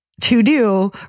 to-do